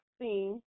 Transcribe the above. seen